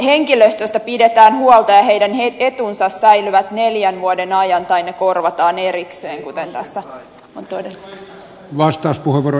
henkilöstöstä pidetään huolta ja heidän etunsa säilyvät neljän vuoden ajan tai ne korvataan erikseen kuten tässä on todettu